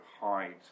hide